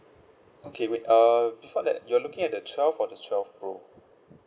okay wait uh before that you're looking at the twelve or the twelve pro